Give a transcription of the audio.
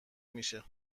میشه